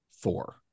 four